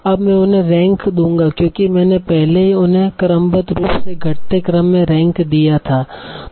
अब मैं उन्हें रैंक दूंगा क्योंकि मैंने पहले ही उन्हें क्रमबद्ध रूप से घटते क्रम में रैंक दिया था